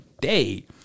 day